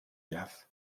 jazz